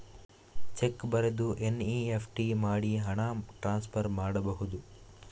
Check ಬರೆದು NEFT ಮಾಡಿ ಹಣ ಟ್ರಾನ್ಸ್ಫರ್ ಮಾಡಬಹುದು?